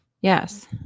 Yes